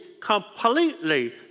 completely